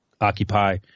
occupy –